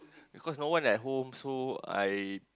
because no one at home so I